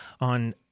on